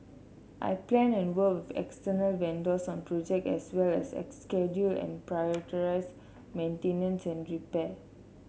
I plan and work external vendors on project as well as a schedule and prioritise maintenance and repair